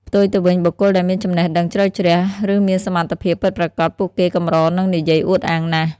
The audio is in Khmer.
ផ្ទុយទៅវិញ បុគ្គលដែលមានចំណេះដឹងជ្រៅជ្រះ ឬមានសមត្ថភាពពិតប្រាកដ ពួកគេកម្រនឹងនិយាយអួតអាងណាស់។